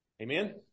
Amen